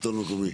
השלטון המקומי.